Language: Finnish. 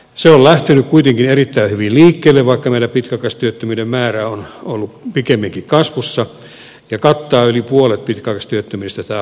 se on lähtenyt kuitenkin erittäin hyvin liikkeelle vaikka meillä pitkäaikaistyöttömyyden määrä on ollut pikemminkin kasvussa ja kattaa yli puolet pitkäaikaistyöttömistä tämä hanke